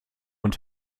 und